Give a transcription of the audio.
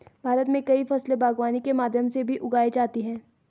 भारत मे कई फसले बागवानी के माध्यम से भी उगाई जाती है